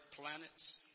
planets